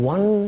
One